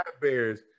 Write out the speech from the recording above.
Bears